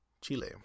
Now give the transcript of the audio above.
Chile